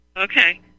Okay